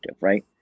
right